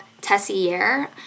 Tessier